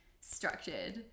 structured